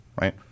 right